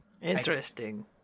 Interesting